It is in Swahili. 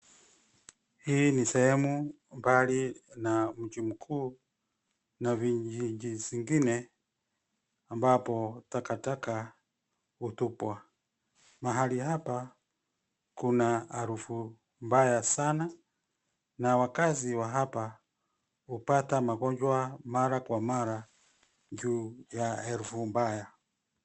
Hii ni sehemu mbali na mji mkuu na vijiji zingine ambapo takataka hutupwa. Mahali hapa kuna harufu mbaya sana na wakazi wa hapa hupata magonjwa mara kwa mara juu ya harufu mbaya.